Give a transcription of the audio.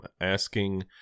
asking